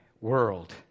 world